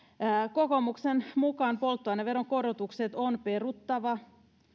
kokoomuksen mukaan polttoaineveron korotukset on peruttava